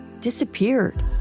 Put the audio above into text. disappeared